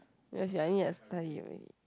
ya sia I need study buddy